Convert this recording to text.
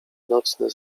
nocny